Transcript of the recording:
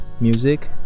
music